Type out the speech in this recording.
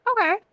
Okay